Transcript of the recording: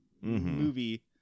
movie